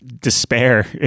despair